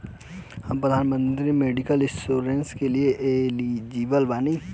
हम प्रधानमंत्री medical insurance के लिए एलिजिबल बानी?